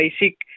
basic